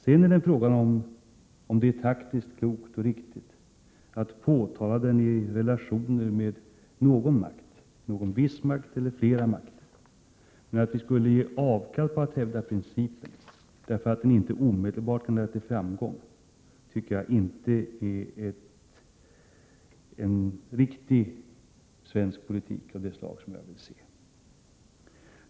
Sedan är det fråga om huruvida det är taktiskt klokt och riktigt att påtala den i relationer med någon makt — någon viss makt eller flera makter. Jag tycker inte att det är en riktig svensk politik, av det slag jag vill se, om vi skulle göra avkall på hävdandet av den principen därför att det inte omedelbart kan leda till framgång.